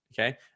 okay